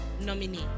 nominee